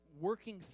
working